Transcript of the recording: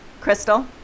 Crystal